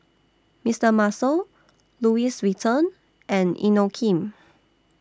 Mister Muscle Louis Vuitton and Inokim